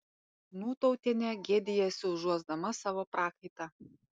nūtautienė gėdijasi užuosdama savo prakaitą